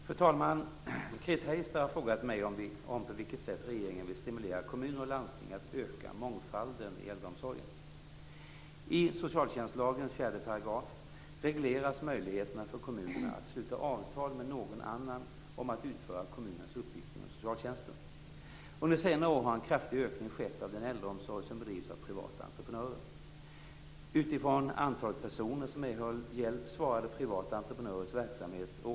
Fru talman! Chris Heister har frågat mig om på vilket sätt regeringen vill stimulera kommuner och landsting att öka mångfalden inom äldreomsorgen. I socialtjänstlagens 4 § regleras möjligheterna för kommunerna att sluta avtal med någon annan om att utföra kommunens uppgifter inom socialtjänsten. Under senare år har en kraftig ökning skett av den äldreomsorg som bedrivs av privata entreprenörer.